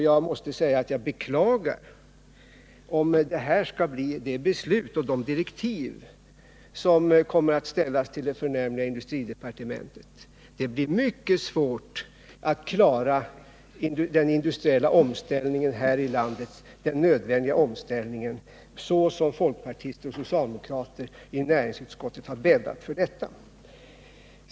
Jag måste säga att jag beklagar om det här skall bli det beslut och de direktiv som kommer att överlämnas till det förnämliga industridepartementet. Det blir mycket svårt att klara den nödvändiga industriella omställningen här i landet, såsom folkpartister och socialdemokrater i näringsutskottet bäddat för denna.